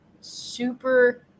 super